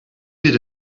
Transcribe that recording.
did